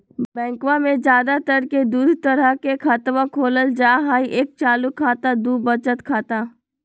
बैंकवा मे ज्यादा तर के दूध तरह के खातवा खोलल जाय हई एक चालू खाता दू वचत खाता